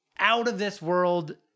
out-of-this-world